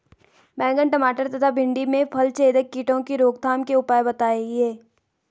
बैंगन टमाटर तथा भिन्डी में फलछेदक कीटों की रोकथाम के उपाय बताइए?